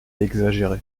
exagéré